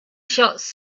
shots